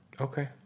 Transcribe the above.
Okay